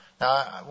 Now